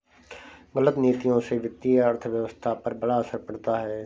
गलत नीतियों से वित्तीय अर्थव्यवस्था पर बड़ा असर पड़ता है